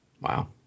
Wow